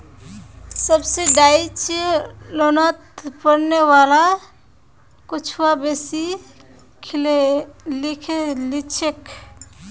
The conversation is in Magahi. सब्सिडाइज्ड लोनोत पढ़ने वाला छुआ बेसी लिछेक